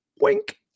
Wink